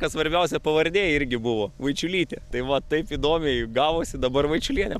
kas svarbiausia pavardė irgi buvo vaičiulytė tai va taip įdomiai gavosi dabar vaičiulienė